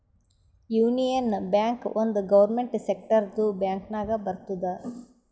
union Bank ಒಂದ್ government ಸೆಕ್ಟರ್ದು bank ನಾಗ್ ಬರ್ತುದ್